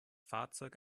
fahrzeug